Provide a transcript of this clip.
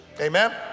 Amen